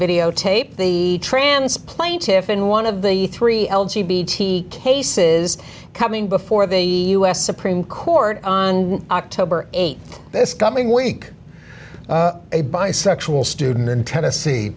videotape the trans plaintiffs in one of the three cases coming before the u s supreme court on october th this coming week a bisexual student in tennessee